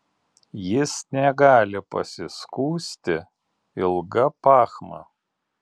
jis negali pasiskųsti ilga pachma